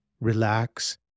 relax